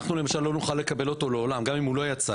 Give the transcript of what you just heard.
אנחנו למשל לא נוכל לקבל אותו לעולם גם אם הוא לא יצא